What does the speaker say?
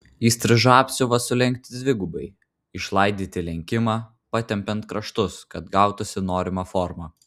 įstrižą apsiuvą sulenkti dvigubai išlaidyti lenkimą patempiant kraštus kad gautųsi norima forma